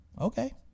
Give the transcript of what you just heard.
okay